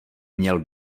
měl